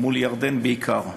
מול ירדן בעיקר,